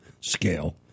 scale